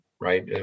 right